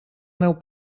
meu